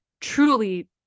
truly